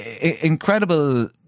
incredible